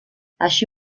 així